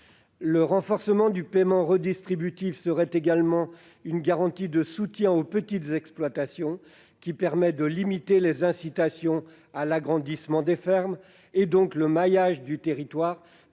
Le renforcement du paiement redistributif serait une autre garantie de soutien aux petites exploitations ; il permettrait de restreindre les incitations à l'agrandissement des fermes et,, d'encourager le maillage du territoire